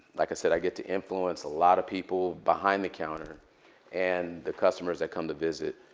like i said, i get to influence a lot of people behind the counter and the customers that come to visit.